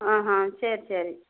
ஆஹான் சரி சரி